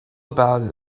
about